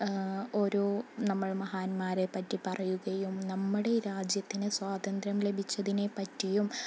ഓരോ നമ്മൾ മഹാാന്മാരെ പറ്റി പറയുകയും നമ്മുടെ രാജ്യത്തിന് സ്വാതന്ത്ര്യം ലഭിച്ചതിനെ പറ്റിയും